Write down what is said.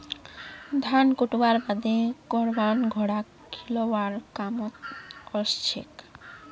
धान कुटव्वार बादे करवान घोड़ाक खिलौव्वार कामत ओसछेक